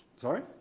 Sorry